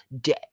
day